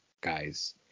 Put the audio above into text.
guys